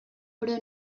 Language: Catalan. però